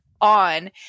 on